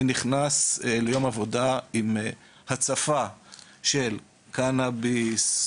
אני נכנס ליום עבודה עם הצפה של טיפול בבירוקרטיה: קנאביס,